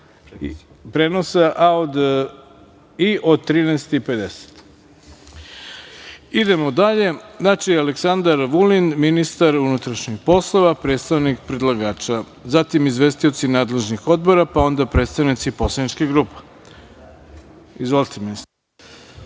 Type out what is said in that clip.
dalje. Reč ima Aleksandar Vulin, ministar unutrašnjih poslova, predstavnik predlagača. Zatim, izvestioci nadležnih odbora, pa onda predstavnici poslaničkih grupa. Izvolite, ministre.